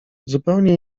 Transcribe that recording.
zupełnie